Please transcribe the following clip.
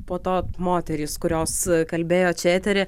po to moterys kurios kalbėjo čia etery